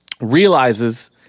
realizes